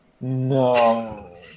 No